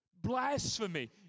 Blasphemy